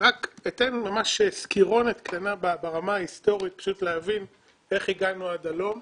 אתן ממש סקירה קצרה ברמה ההיסטורית כדי להבין איך הגענו עד הלום.